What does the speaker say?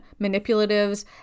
manipulatives